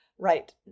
right